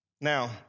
Now